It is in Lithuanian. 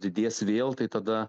didės vėl tai tada